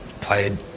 played